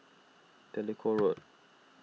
Jellicoe Road